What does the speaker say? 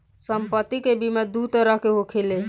सम्पति के बीमा दू तरह के होखेला